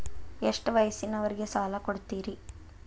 ಎಷ್ಟ ವಯಸ್ಸಿನವರಿಗೆ ಸಾಲ ಕೊಡ್ತಿರಿ?